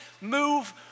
move